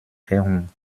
herum